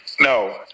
No